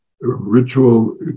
ritual